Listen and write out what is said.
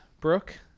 Brooke